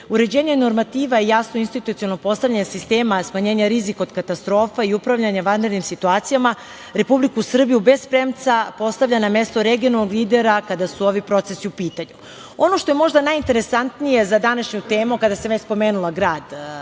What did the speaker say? normativa i jasno institucionalno postavljanje sistema smanjenja rizika od katastrofa i upravljanje vanrednim situacijama Republiku Srbiju bez premca postavlja na mesto regionalnog lidera kada su ovi procesi u pitanju. Ono što je možda najinteresantnije za današnju temu, kada sam već spomenula grad